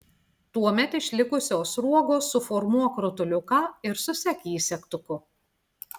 tuomet iš likusios sruogos suformuok rutuliuką ir susek jį segtuku